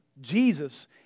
Jesus